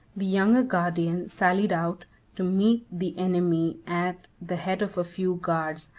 the younger gordian sallied out to meet the enemy at the head of a few guards,